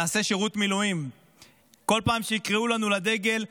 נעשה שירות מילואים כל פעם שיקראו לנו לדגל,